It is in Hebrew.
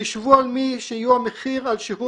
חישבו על מי שיהיו המחיר על שחרור